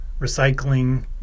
recycling